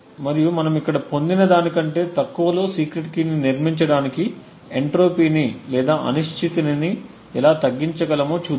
మరియు మనం ఇక్కడ పొందినదానికంటే తక్కువలో సీక్రెట్ కీని నిర్మించటానికి ఎంట్రోపీని లేదా అనిశ్చితిని ఎలా తగ్గించగలమో చూద్దాం